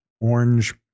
Orange